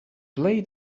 play